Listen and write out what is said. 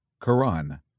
Quran